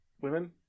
women